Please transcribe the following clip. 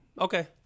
Okay